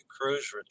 cruise